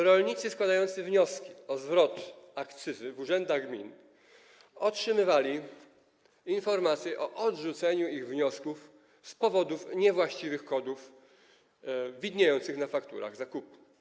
Rolnicy składający wnioski o zwrot akcyzy w urzędach gmin otrzymywali informacje o odrzuceniu ich wniosków z powodu niewłaściwych kodów widniejących na fakturach zakupu.